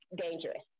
dangerous